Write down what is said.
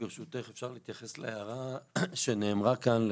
ברשותך אם אפשר להתייחס להערה שנאמרה כאן.